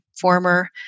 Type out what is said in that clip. former